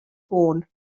ffôn